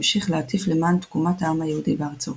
המשיך להטיף למען תקומת העם היהודי בארצו